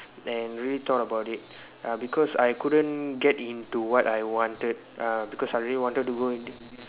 and really thought about it uh because I couldn't get into what I wanted uh because I really wanted to go